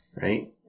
Right